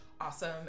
awesome